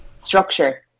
structure